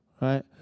right